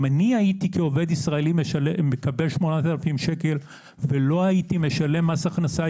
אם אני הייתי כעובד ישראלי מקבל 8,000 שקל ולא הייתי משלם מס הכנסה,